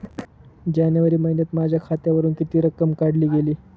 जानेवारी महिन्यात माझ्या खात्यावरुन किती रक्कम काढली गेली?